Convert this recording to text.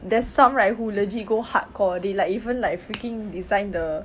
there's some right who legit go hardcore they like even like freaking design the